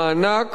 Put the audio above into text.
מענק